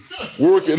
working